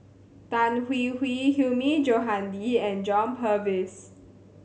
Tan Hwee Hwee Hilmi Johandi and John Purvis